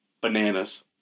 Bananas